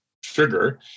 sugar